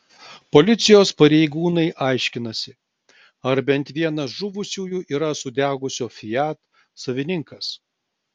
policijos pareigūnai aiškinasi ar bent vienas žuvusiųjų yra sudegusio fiat savininkas